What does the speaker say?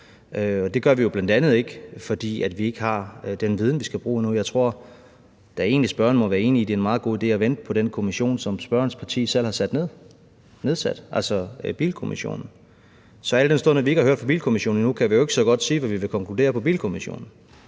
det gør vi jo bl.a. ikke, fordi vi ikke har den viden, vi skal bruge nu. Jeg tror da egentlig, at spørgeren må være enig i, at det er en meget god idé at vente på den kommission, som spørgerens parti selv har nedsat – altså Bilkommissionen. Så al den stund at vi ikke har hørt fra Bilkommissionen endnu, kan vi jo ikke så godt sige, hvad vi vil konkludere på Bilkommissionen,